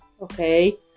okay